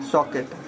Socket